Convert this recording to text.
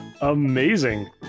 Amazing